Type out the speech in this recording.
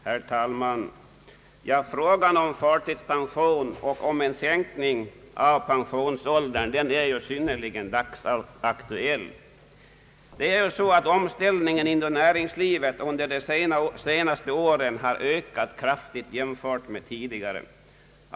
Herr talman! Frågan om förtidspension och om sänkning av pensionsåldern är ju synnerligen dagsaktuell. Omställningen inom näringslivet har under de senaste åren ökat kraftigt jämfört med tidigare.